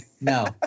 no